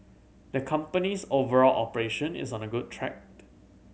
the company's overall operation is on a good track